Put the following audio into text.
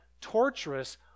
torturous